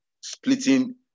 splitting